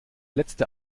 letzte